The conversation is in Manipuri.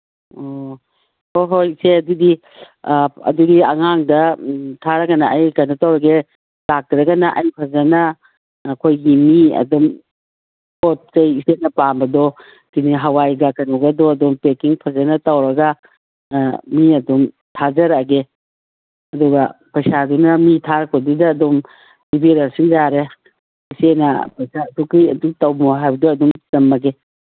ꯑꯣ ꯍꯣꯏ ꯍꯣꯏ ꯏꯆꯦ ꯑꯗꯨꯗꯤ ꯑꯗꯨꯗꯤ ꯑꯉꯥꯡꯗ ꯊꯥꯔꯒꯅ ꯑꯩ ꯀꯩꯅꯣ ꯇꯧꯔꯒꯦ ꯂꯥꯛꯇ꯭ꯔꯒꯅ ꯑꯩ ꯐꯖꯅ ꯑꯩꯈꯣꯏꯒꯤ ꯃꯤ ꯑꯗꯨꯝ ꯄꯣꯠ ꯆꯩ ꯏꯆꯦꯅ ꯄꯥꯝꯕꯗꯣ ꯁꯤꯅꯤ ꯍꯋꯥꯏꯒ ꯀꯩꯅꯣꯒꯗꯣ ꯄꯦꯀꯤꯡ ꯐꯖꯅ ꯇꯧꯔꯒ ꯃꯤ ꯑꯗꯨꯝ ꯊꯥꯖꯔꯛꯑꯒꯦ ꯑꯗꯨꯒ ꯄꯩꯁꯥꯗꯨꯅ ꯃꯤ ꯊꯥꯔꯛꯄꯗꯨꯗ ꯑꯗꯨꯝ ꯄꯤꯕꯤꯔꯛꯑꯁꯨ ꯌꯥꯔꯦ ꯏꯆꯦꯅ ꯄꯩꯁꯥ ꯑꯗꯨꯛꯀꯤ ꯑꯗꯨꯛ ꯇꯝꯃꯣ ꯍꯥꯏꯕꯗꯣ ꯑꯗꯨꯝ ꯇꯝꯃꯒꯦ